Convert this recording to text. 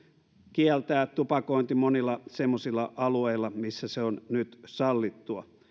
kieltää tupakointi monilla semmoisilla alueilla missä se on nyt sallittua